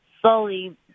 slowly